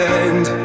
end